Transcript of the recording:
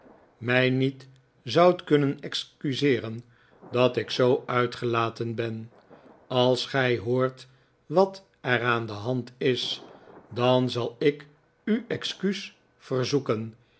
mij niet zoudt kunnen excuseeren dat ik zoo uitgelaten ben als gij hoort wat er aan de hand is dan zal ik u excuus verzoeken